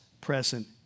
present